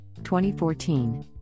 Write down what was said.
2014